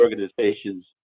organizations